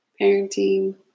parenting